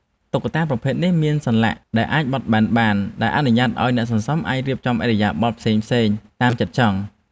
តុក្កតាប្រភេទនេះមានសន្លាក់ដែលអាចបត់បែនបាន ដែលអនុញ្ញាតឱ្យអ្នកសន្សំអាចរៀបចំឥរិយាបថផ្សេងៗតាមចិត្តចង់។